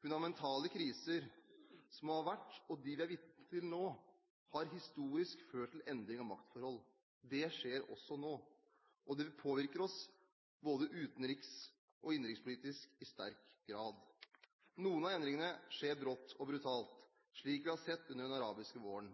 Fundamentale kriser som har vært, og dem vi er vitne til nå, har historisk ført til endring av maktforhold. Det skjer også nå – og det påvirker oss både utenrikspolitisk og innenrikspolitisk i sterk grad. Noen av endringene skjer brått og brutalt, slik vi har sett under den arabiske våren,